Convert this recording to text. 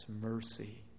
mercy